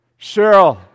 Cheryl